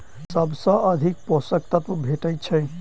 सबसँ अधिक पोसक तत्व भेटय छै?